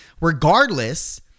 regardless